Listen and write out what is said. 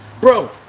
Bro